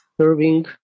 serving